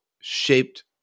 shaped